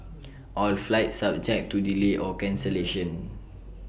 all flights subject to delay or cancellation